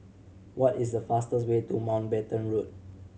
what is the fastest way to Mountbatten Road